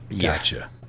Gotcha